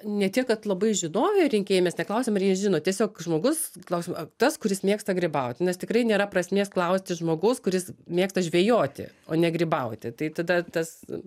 ne tik kad labai žinojo rinkėjai mes neklausėm ar jie žino tiesiog žmogus klausėm a tas kuris mėgsta grybauti nes tikrai nėra prasmės klausti žmogaus kuris mėgsta žvejoti o ne grybauti tai tada tas